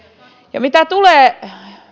ja mitä tulee